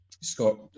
scott